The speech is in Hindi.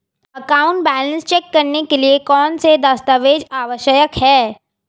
अकाउंट बैलेंस चेक करने के लिए कौनसे दस्तावेज़ आवश्यक हैं?